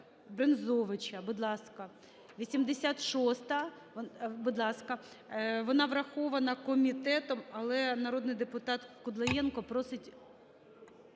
Брензовича, будь ласка. 86-а, будь ласка, вона врахована комітетом, але народний депутат Кудлаєнко просить…